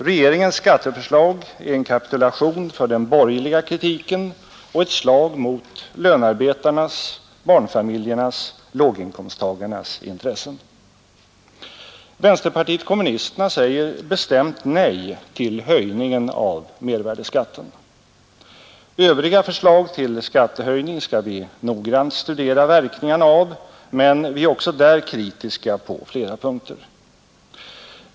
Regeringens skatteförslag är en kapitulation för den borgerliga kritiken och ett slag mot lönarbetarnas, barnfamiljernas, låginkomsttagarnas intressen. Vänsterpartiet kommunisterna säger bestämt nej till höjningen av mervärdeskatten. Övriga förslag till skattehöjning skall vi noggrant studera verkningarna av, men vi är också där kritiska på flera punkter.